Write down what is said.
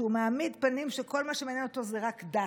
שמעמיד פנים שכל מה שמעניין אותו זה רק דת,